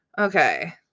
Okay